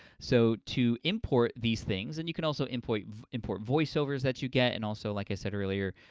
so to import these things, and you can also import import voiceovers that you get and also, like i said earlier,